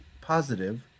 positive